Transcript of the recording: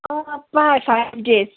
five